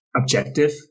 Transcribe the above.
objective